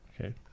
Okay